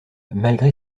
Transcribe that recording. malgré